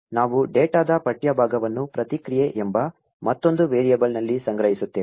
ಆದ್ದರಿಂದ ನಾವು ಡೇಟಾದ ಪಠ್ಯ ಭಾಗವನ್ನು ಪ್ರತಿಕ್ರಿಯೆ ಎಂಬ ಮತ್ತೊಂದು ವೇರಿಯಬಲ್ನಲ್ಲಿ ಸಂಗ್ರಹಿಸುತ್ತೇವೆ